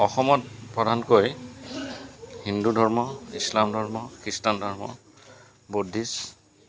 অসমত প্ৰধানকৈ হিন্দু ধৰ্ম ইছলাম ধৰ্ম খ্ৰীষ্টান ধৰ্ম বুদ্ধিষ্ট